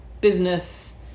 business